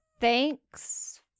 Thanks